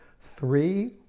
three